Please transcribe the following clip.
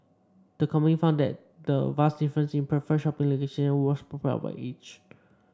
the company found that the vast differences in preferred shopping locations was propelled by age